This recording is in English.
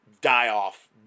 die-off